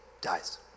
dies